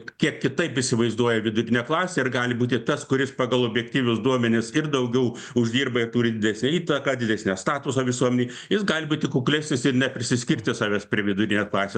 kiek kitaip įsivaizduoja vidurinę klasę ir gali būti tas kuris pagal objektyvius duomenis ir daugiau uždirba ir turi didesnę įtaką didesnę statusą visuomenėj jis gali būti kuklesnis ir neprisiskirti savęs prie vidurinės klasės